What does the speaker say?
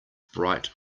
bright